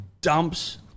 dumps